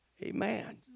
Amen